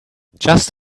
just